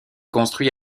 construit